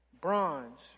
bronze